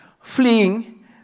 fleeing